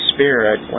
Spirit